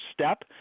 step